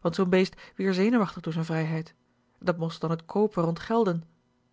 want zoo'n beest wier zenuwachtig door z'n vrijheid en dat most dan t